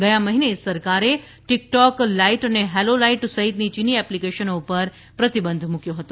ગયા મહિને સરકારે ટિકટોક લાઇટ અને હેલો લાઇટ સહિતની ચીની એપ્લિકેશનો પર પ્રતિબંધ મૂક્યો હતો